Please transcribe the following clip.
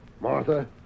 Martha